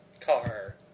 car